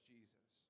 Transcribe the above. Jesus